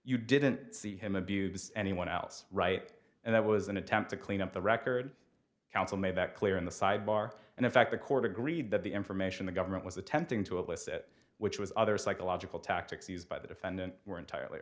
you didn't see him abuse anyone else right and that was an attempt to clean up the record counsel made that clear in the sidebar and in fact the court agreed that the information the government was attempting to elicit which was other psychological tactics used by the defendant were entirely